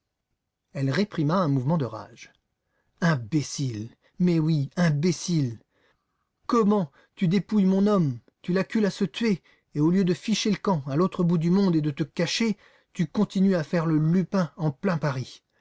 elle réprima un mouvement de rage imbécile mais oui imbécile comment tu dépouilles mon homme tu l'accules à se tuer et au lieu de ficher le camp à l'autre bout du monde et de te cacher tu continues à faire le lupin en plein paris